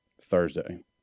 Thursday